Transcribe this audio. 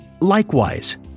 Likewise